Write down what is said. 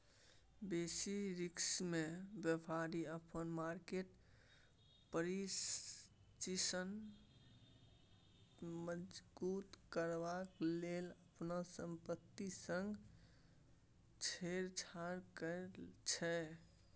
basis रिस्कमे बेपारी अपन मार्केट पाजिशन मजगुत करबाक लेल अपन संपत्ति संग छेड़छाड़ करै छै